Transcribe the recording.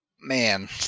man